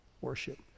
worship